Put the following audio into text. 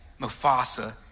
Mufasa